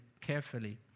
carefully